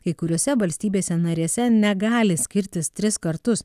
kai kuriose valstybėse narėse negali skirtis tris kartus